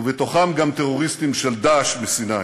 ובתוכם גם טרוריסטים של "דאעש" מסיני.